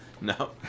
No